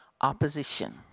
opposition